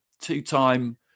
two-time